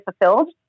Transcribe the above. fulfilled